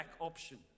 option